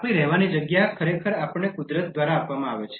આપણી રહેવાની જગ્યા ખરેખર આપણને કુદરત દ્વારા આપવામાં આવે છે